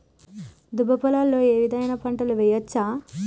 దుబ్బ పొలాల్లో ఏ విధమైన పంటలు వేయచ్చా?